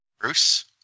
Bruce